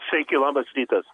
sakyki labas rytas